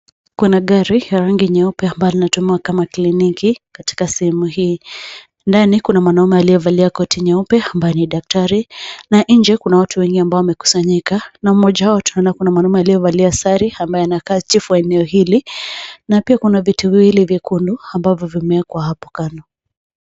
Kuna gari la rangi nyeupe ambalo linatumika kama kliniki katika sehemu hii. Ndani, kuna mwanaume aliyevalia koti nyeupe ambaye ni daktari na nje kuna watu wengi ambao wamekusanyika na mmoja wao tunaona kuna mwanaume aliyevalia sare ambaye anakaa chifu wa eneo hili. Na pia kuna viti viwili vyekundu ambavyo vimewekwa hapo kando.